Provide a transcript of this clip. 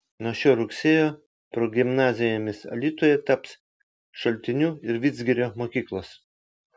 nuo šio rugsėjo progimnazijomis alytuje taps šaltinių ir vidzgirio mokyklos